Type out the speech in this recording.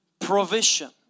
provision